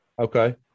Okay